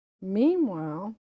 Meanwhile